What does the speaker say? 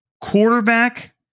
quarterback